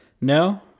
No